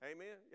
Amen